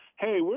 Hey